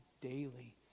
daily